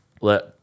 let